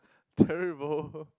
terrible